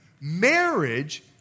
Marriage